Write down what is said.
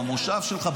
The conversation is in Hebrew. במושב שלך,